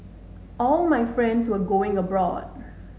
all my friends were going abroad